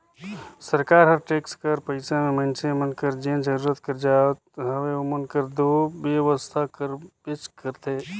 सरकार हर टेक्स कर पइसा में मइनसे मन कर जेन जरूरत कर जाएत हवे ओमन कर दो बेवसथा करबेच करथे